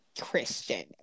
Christian